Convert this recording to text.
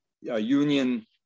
union